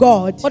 God